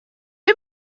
این